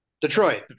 Detroit